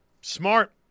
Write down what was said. Smart